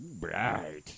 right